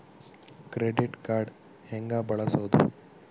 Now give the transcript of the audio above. Credit card ಹೆಂಗ ಬಳಸೋದು?